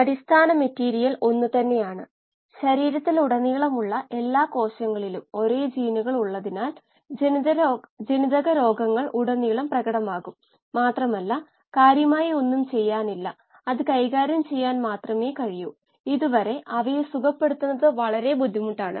ഇതാണ് പ്രാക്ടീസ് പ്രശ്നം 4